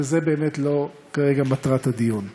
וזו באמת לא מטרת הדיון כרגע.